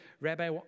Rabbi